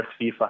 FIFA